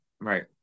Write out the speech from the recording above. Right